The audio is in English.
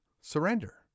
surrender